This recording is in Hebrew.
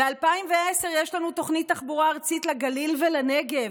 ב-2010: יש לנו תוכנית תחבורה ארצית לגליל ולנגב,